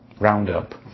Roundup